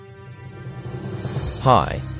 Hi